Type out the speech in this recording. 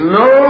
no